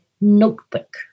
notebook